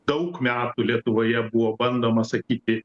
daug metų lietuvoje buvo bandoma sakyti